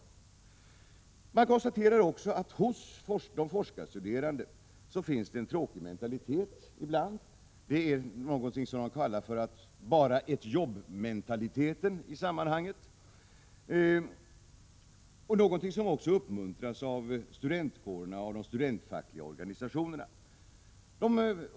De som har gjort utvärderingen konstaterar också att det hos de forskarstuderande ibland finns en tråkig mentalitet — som ibland kallas ”bara ett jobb”-mentaliteten — och som uppmuntras av studentkårerna och de studentfackliga organisationerna.